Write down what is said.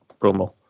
promo